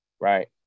right